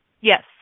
Yes